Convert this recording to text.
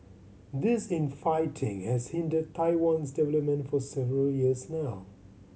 this infighting has hindered Taiwan's development for several years now